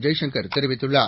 ஜெய்சங்கர் தெரிவித்துள்ளார்